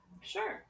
Sure